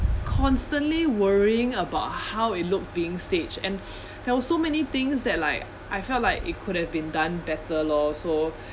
constantly worrying about how it looked being staged and there were so many things that like I felt like it could have been done better lor so